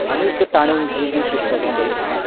आनी तांणी जीं जीं पुस्तकां बरयल्यां